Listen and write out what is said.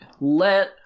let